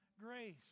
grace